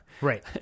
Right